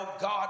God